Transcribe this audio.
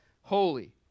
holy